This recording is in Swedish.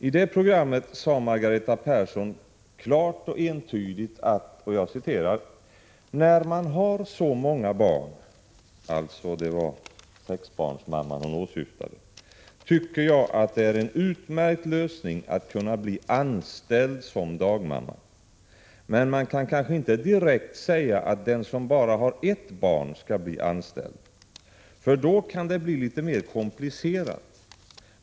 I det programmet sade Margareta Persson klart och entydigt: När man har så många barn — det var sexbarnsmamman hon åsyftade — tycker jag att det är en utmärkt lösning att kunna bli anställd som dagmamma. Men man kan kanske inte direkt säga att den som bara har ett barn skall bli anställd, för då kan det bli litet mer komplicerat.